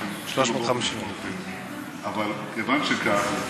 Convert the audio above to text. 350,000. אבל כיוון שכך,